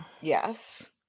Yes